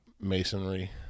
masonry